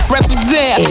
Represent